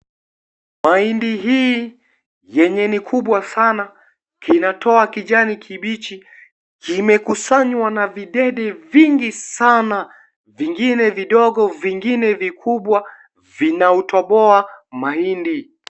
Mahindi hii yenye ni kubwa sana, kinatoa kijani kibichi imekusanywa na videde vingi sana, vingine vidogo, vingine vi vikubwa vinautoboa mahindi.